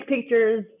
pictures